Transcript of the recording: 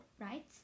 right